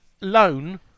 loan